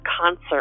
concert